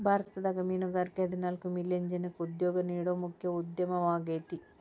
ಭಾರತದಾಗ ಮೇನುಗಾರಿಕೆ ಹದಿನಾಲ್ಕ್ ಮಿಲಿಯನ್ ಜನಕ್ಕ ಉದ್ಯೋಗ ನೇಡೋ ಮುಖ್ಯ ಉದ್ಯಮವಾಗೇತಿ